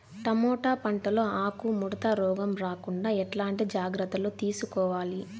Tomato పంట లో ఆకు ముడత రోగం రాకుండా ఎట్లాంటి జాగ్రత్తలు తీసుకోవాలి?